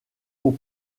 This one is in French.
aux